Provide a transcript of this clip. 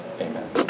Amen